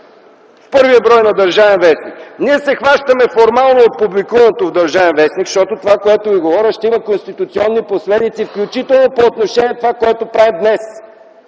в първия брой на „Държавен вестник”. Ние се хващаме от публикуваното в „Държавен вестник”, защото това, което ви говоря, ще има конституционни последици, включително по отношение на това, което правим днес.